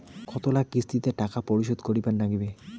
কতোলা কিস্তিতে টাকা শোধ করিবার নাগীবে?